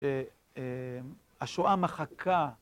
שהשואה מחקה.